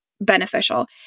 beneficial